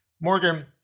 Morgan